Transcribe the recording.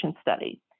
Study